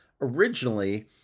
originally